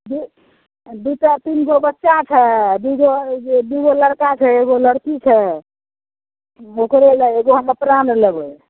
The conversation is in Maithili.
दुइ आओर दुइ टा तीन गो बच्चा छै दुइ गो जे दुइ गो लड़का छै एगो लड़की छै ओकरो लै एगो हम अपना ले लेबै हँ